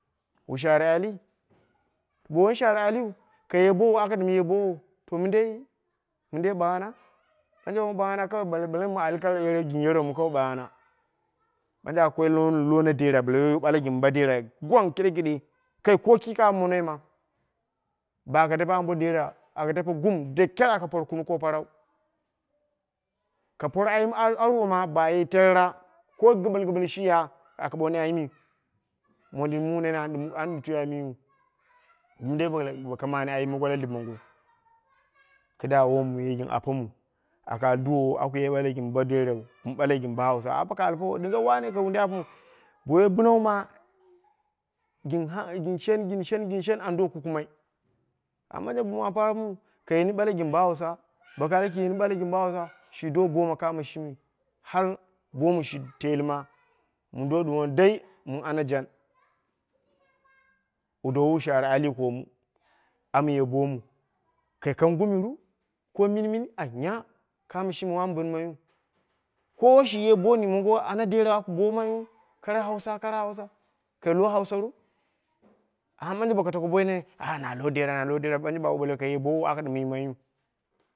Wu share ali, bo wun share aliyu ka ye bowo aka dim ye bowou. To mindei mindei ɓakana? Banje wom ɓakana bla mi al gin yeromu, ɓakana. Banje aka koi lo na dera, bla yiwo bala gin dera gwana kiɗekiɗe. Kai ko ki kamo monoi ma baka dape ambo dera aka dape gum, da kyar aka por kunung ko parau. ka por ayim arwo ma ba ye terra. Ko giɓil giɓil shiya aka ɓoni ayimi. mondin mu nene an twi ayimiu dum dei ka mane ayim mongo la lip mongo. kida wo yu gin apomu, aka al duwuwo aku ye ɓala gin bo derau. min ɓala gin bo hausa. Amma boko alifa ɗinga wane ka dai apomai. Bo woi binau ma gin shen, gin shen, gin shen an do kukumai. Amma banje bo apara mu kai yini ɓala gin bo hausa, boka ali kai yini ɓala gin bo hausa shi do boma kamo shimi, har bomu shi telima. Mun do duwomu dai min ana jan. Wu dowu wu share ali komu. An ye bomu kai kang gumi ru? Ko min mi anya? Kamo shimi wamu binmaiyu. Ko shi ye boni mongo ana dera aku ye bomai, kara hausa, kara hausa, kai lo hausa ru? Amma banje boko tako boi nene, aa na lo dera na lodera, banje bow ɓale ka ye bowo wako dim maiyu